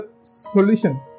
solution